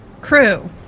Crew